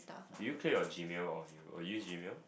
do you clear your Gmail or use Gmail